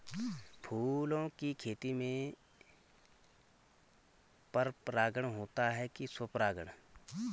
फूलों की खेती में पर परागण होता है कि स्वपरागण?